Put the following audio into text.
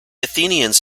athenians